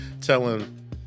telling